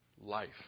life